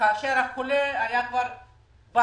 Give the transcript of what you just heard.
כאשר החולה היה כבר בהחייאה.